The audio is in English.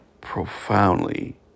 profoundly